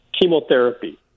chemotherapy